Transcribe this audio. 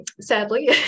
sadly